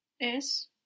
es